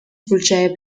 включая